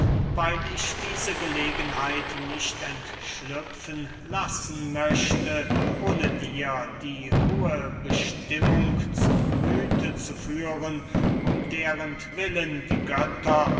weil ich diese gelegenheit nicht entschlüpfen lassen möchte ohne dir die hohe bestimmung zu gemüthe zu führen um derentwillen die götter